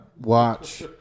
watch